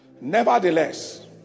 Nevertheless